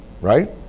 Right